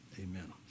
amen